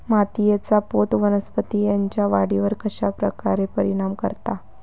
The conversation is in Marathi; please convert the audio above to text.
मातीएचा पोत वनस्पतींएच्या वाढीवर कश्या प्रकारे परिणाम करता?